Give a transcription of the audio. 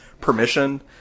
permission